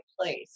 place